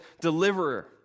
deliverer